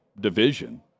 division